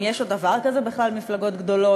אם יש עוד דבר כזה בכלל מפלגות גדולות.